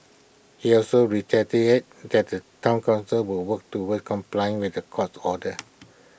he also reiterated that the Town Council will work towards complying with the court's orders